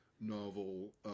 novel